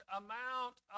amount